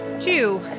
two